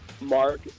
Mark